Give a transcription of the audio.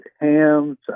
hams